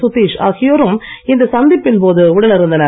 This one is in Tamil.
சுதீஷ் ஆகியோரும் இந்த சந்திப்பின் போது உடன் இருந்தனர்